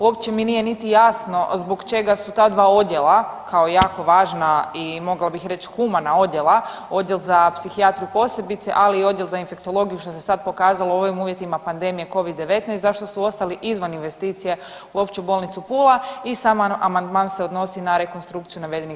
Uopće mi nije niti jasno zbog čega su ta dva odjela kao jako važna i mogla bih reći humana odjela, Odjel za psihijatriju posebice, ali i Odjel za infektologiju što se sad pokazalo u ovim uvjetima pandemije covid 19 zašto su ostali izvan investicije u Opću bolnicu Pula i sam amandman se odnosi na rekonstrukciju navedenih